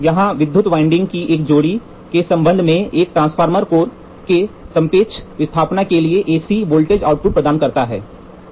यह विद्युत winding electrical windings की एक जोड़ी के संबंध में एक ट्रांसफार्मर कोर के सापेक्ष विस्थापन के लिए AC एसी वोल्टेज आउटपुट प्रदान करता है